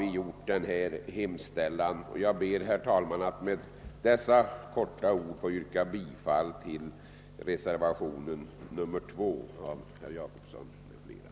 Med detta korta inlägg ber jag att få yrka bifall till reservationen 2 av herr Gösta Jacobsson m.fl.